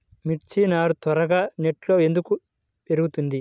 మిర్చి నారు త్వరగా నెట్లో ఎందుకు పెరుగుతుంది?